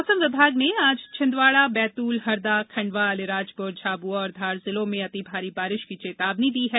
मौसम विभाग ने आज छिंदवाड़ा बैतूल हरदा खंडवा अलीराजपुर झाबुआ और धार जिलों में अति भारी बारिश की चेतावनी दी गई है